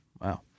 Wow